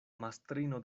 mastrino